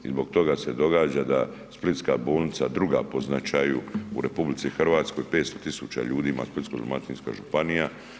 I zbog toga se događa da Splitska bolnica druga po značaju u RH 500 tisuća ljudi ima Splitsko-dalmatinska županija.